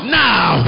now